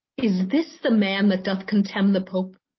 is this the man that doth contemn the pope?